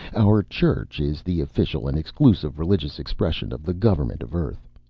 our church is the official and exclusive religious expression of the government of earth.